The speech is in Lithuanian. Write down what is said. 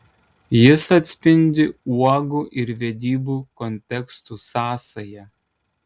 jis atspindi uogų ir vedybų kontekstų sąsają